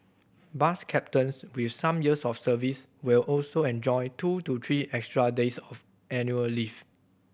bus captains with some years of service will also enjoy two to three extra days of annual leave